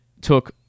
took